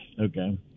Okay